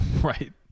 Right